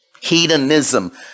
Hedonism